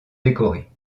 décorés